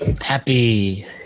Happy